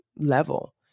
level